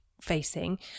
facing